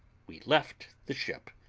we left the ship,